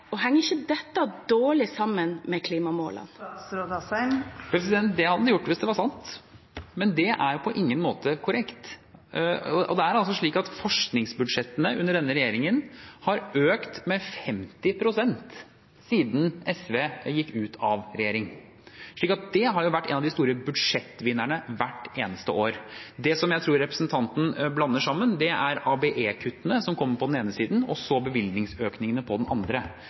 Henger ikke dette dårlig sammen med klimamålene? Det hadde det gjort hvis det var sant, men det er på ingen måte korrekt. Det er slik at forskningsbudsjettene under denne regjeringen har økt med 50 pst. siden SV gikk ut av regjering. Det har vært en av de store budsjettvinnerne hvert eneste år. Det jeg tror representanten blander sammen, er ABE-kuttene på den ene siden og bevilgningsøkningene på den andre.